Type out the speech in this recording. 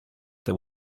that